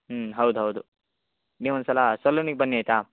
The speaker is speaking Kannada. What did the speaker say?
ಹ್ಞೂ ಹೌದು ಹೌದು ನೀವು ಒಂದುಸಲ ಸಲೂನಿಗೆ ಬನ್ನಿ ಆಯಿತಾ